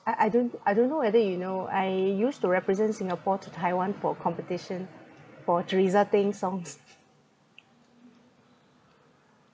I I don't I don't know whether you know I used to represent singapore to taiwan for competition for teresa teng songs